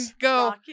go